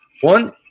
One